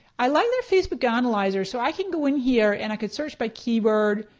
i like their facebook analyzer. so i can go in here and i can search by keyword,